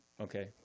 Okay